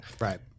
Right